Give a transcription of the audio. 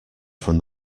from